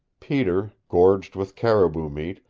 peter, gorged with caribou meat,